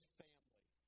family